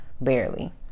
barely